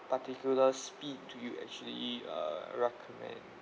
particular speed do you actually uh recommend